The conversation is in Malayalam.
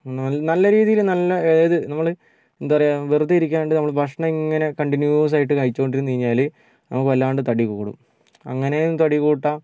നല്ല രീതിയിൽ നല്ല ഏത് നമ്മൾ എന്താ പറയുക വെറുതെ ഇരിക്കാണ്ട് നമ്മൾ ഭക്ഷണം ഇങ്ങനെ കണ്ടിന്യൂസ് ആയിട്ട് കഴിച്ചുകൊണ്ടിരുന്ന് കഴിഞ്ഞാൽ നമുക്ക് വല്ലാണ്ട് തടി കൂടും അങ്ങനേയും തടി കൂട്ടാം